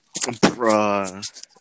Bruh